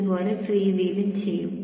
ഇതുപോലെ ഫ്രീ വീലും ചെയ്യും